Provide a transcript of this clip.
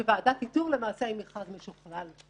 שוועדת איתור היא למעשה מכרז משוכלל.